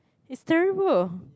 it's terrible